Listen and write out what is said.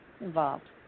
involved